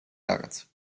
რაღაც